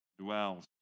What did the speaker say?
dwells